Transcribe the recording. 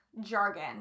jargon